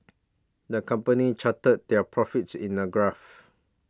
the company charted their profits in a graph